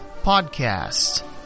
podcast